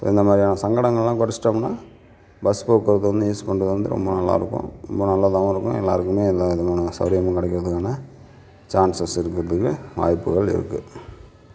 so இந்த மாதிரியான சங்கடங்கள்லாம் கொறைச்சுட்டம்னா பஸ் போக்குவரத்து வந்து யூஸ் பண்ணுறது வந்து ரொம்ப நல்லா இருக்கும் ரொம்ப நல்லதாகவும் இருக்கும் எல்லோருக்குமே எல்லா விதமான சவுகரியமும் கிடைக்கிறதுக்கான சான்சஸ் இருக்கிறதுக்கு வாய்ப்புகள் இருக்கு